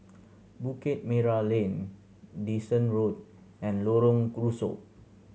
Bukit Merah Lane Dyson Road and Lorong